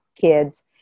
kids